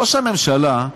ראש הממשלה,